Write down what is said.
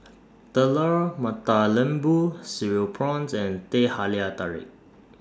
Telur Mata Lembu Cereal Prawns and Teh Halia Tarik